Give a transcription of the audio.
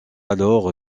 alors